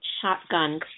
shotgun